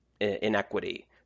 inequity